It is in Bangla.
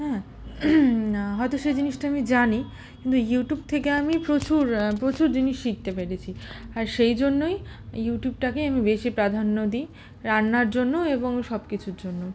হ্যাঁ হয়তো সে জিনিসটা আমি জানি কিন্তু ইউটিউব থেকে আমি প্রচুর প্রচুর জিনিস শিখতে পেরেছি আর সেই জন্যই ইউটিউবটাকেই আমি বেশি প্রাধান্য দিই রান্নার জন্য এবং সব কিছুর জন্য